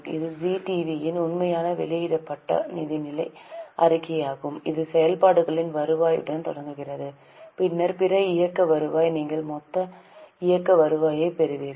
இது ஜீ டிவியின் உண்மையான வெளியிடப்பட்ட நிதிநிலை அறிக்கையாகும் இது செயல்பாடுகளின் வருவாயுடன் தொடங்குகிறது பின்னர் பிற இயக்க வருவாய் நீங்கள் மொத்த இயக்க வருவாயைப் பெறுவீர்கள்